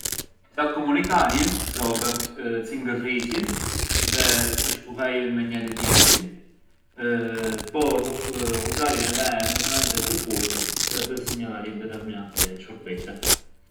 Sa të komunikarjën zogat cingërrisjën dhe fushkullejën me njeri t’jetrin por ghuzarjën movimentet të kurmit sa të sinjalarjën determinati shurbise.